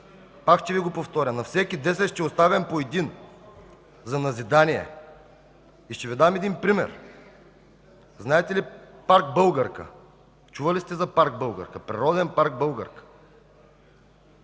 Пак ще Ви го повторя: „На всеки десет ще оставям по един!” За назидание! И ще Ви дам един пример. Знаете ли Парк „Българка”, чували ли сте за природен парк „Българка”?